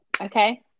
Okay